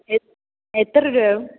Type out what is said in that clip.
എത്ര രൂപയാകും